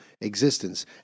existence